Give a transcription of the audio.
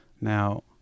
Now